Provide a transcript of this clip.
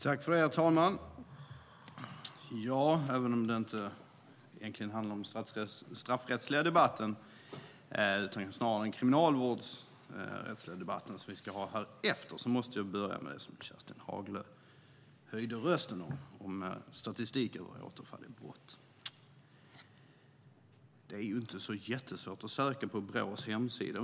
Herr talman! Även om det egentligen inte handlar om den straffrättsliga debatten utan snarare om den kriminalvårdsrättsliga debatt vi ska ha efter denna måste jag börja med det Kerstin Haglö höjde rösten om, nämligen statistik över återfall i brott. Det är inte så jättesvårt att söka på Brås hemsida.